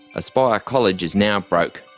aspire college is now broke,